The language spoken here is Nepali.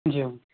ज्यू